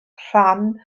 rhan